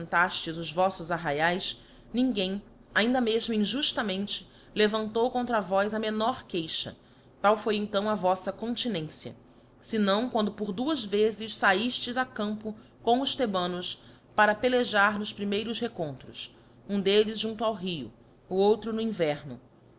os voífos arraiaes ninguém ainda mefmo injuílamente levantou contra vós a menor queixa tal foi então a vofla continência fenão quando por duas vezes faifles a campo com os thebanos para pelejar nos primeiros recontros um delles junto ao rio o outro no inverno